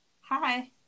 hi